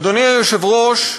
אדוני היושב-ראש,